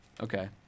okay